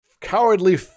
cowardly